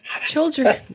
Children